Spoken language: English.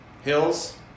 hills